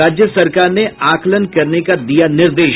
राज्य सरकार ने आकलन करने का दिया निर्देश